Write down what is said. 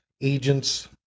agents